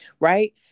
right